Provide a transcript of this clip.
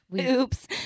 Oops